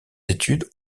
études